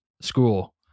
school